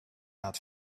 that